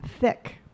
Thick